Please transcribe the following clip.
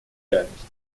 реальность